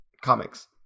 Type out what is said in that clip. comics